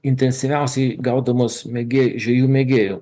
intensyviausiai gaudomos mėgėjų žvejų mėgėjų